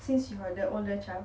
since you are the older child